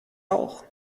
auch